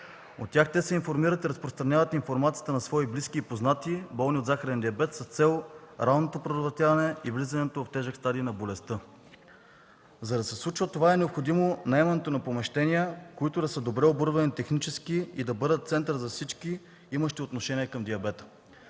От тях те се информират, разпространяват информацията на свои близки и познати, болни от захарен диабет, с цел ранното предотвратяване и навлизането в тежък стадии на болестта. За да се случва това е необходимо наемането на помещения, които технически да са добре оборудвани и да бъдат център за всички, имащи отношение към диабета.